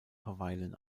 verweilen